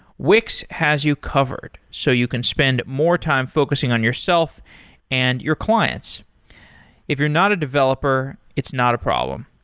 wix has you covered, so you can spend more time focusing on yourself and your clients if you're not a developer, it's not a problem.